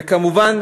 וכמובן,